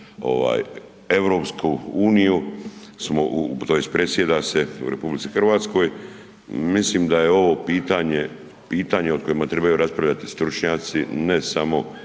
EU, smo u, tj. predsjeda se u RH. Mislim da je ovo pitanje, pitanje o kojima trebaju raspravljati stručnjaci, ne samo